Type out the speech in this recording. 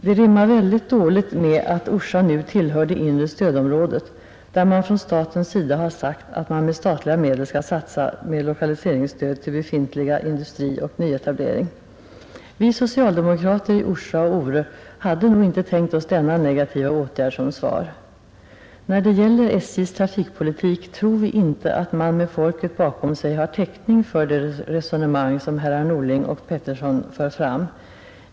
Det rimmar väldigt dåligt med att Orsa nu tillhör det inre stödområdet där man från statens sida har sagt att man med statliga medel skall satsa på lokaliseringsstöd till befintlig industri och nyetablering. Vi socialdemokrater i Orsa och Ore hade nog inte tänkt oss denna negativa åtgärd som svar. När det gäller SJ:s trafikpolitik tror vi inte att man med folket bakom sig har täckning för det resonemang som herrar Norling och Peterson för fram.